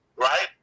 right